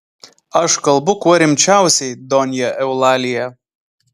aš kalbu kuo rimčiausiai donja eulalija